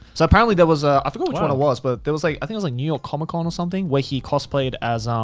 so apparently there was a, i forgot which one it was, but there was like, i think it was a new york comicon or something, where he cosplayed as um